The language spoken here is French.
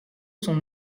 sont